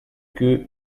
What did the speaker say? que